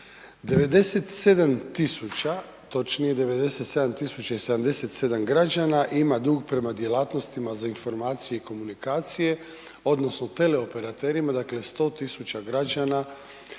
tisuća, točnije 97 077 građana ima dug prema djelatnostima za informacije i komunikacije, odnosno teleoperaterima, dakle 100 tisuća građana